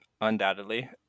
undoubtedly